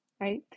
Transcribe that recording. right